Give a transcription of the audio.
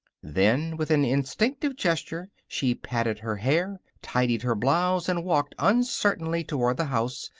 then, with an instinctive gesture, she patted her hair, tidied her blouse, and walked uncertainly toward the house,